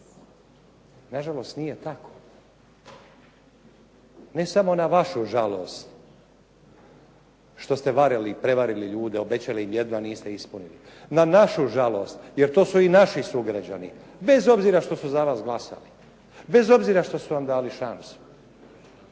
Na žalost nije tako. Ne samo na vašu žalost što se varali, prevarili ljude, obećali im jedno, a niste ispunili, na našu žalost, jer to su i naši sugrađani, bez obzira što su za vas glasali, bez obzira što su vam dali šansu.